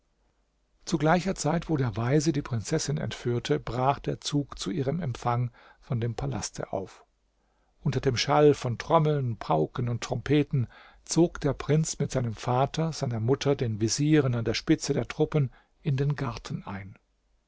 zu gleicher zeit wo der weise die prinzessin entführte brach der zug zu ihrem empfang von dem palaste auf unter dem schall von trommeln pauken und trompeten zog der prinz mit seinem vater seiner mutter den vezieren an der spitze der truppen in den garten ein